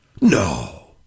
No